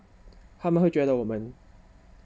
他们会觉得我们